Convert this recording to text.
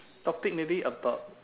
topic maybe about